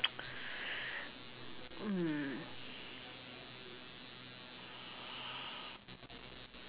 mm